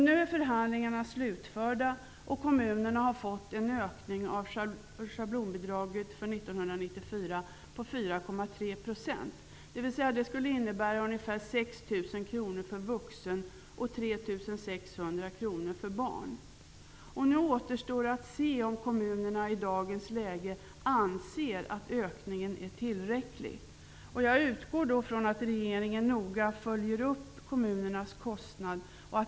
Nu är förhandlingarna slutförda, och kommunerna har fått en ökning av schablonbidraget för 1994 på Nu återstår att se om kommunerna i dagens läge anser att ökningen är tillräcklig. Jag utgår då från att regeringen noga följer upp kommunernas kostnader.